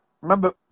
remember